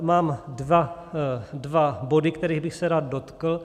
Mám dva body, kterých bych se rád dotkl.